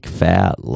fat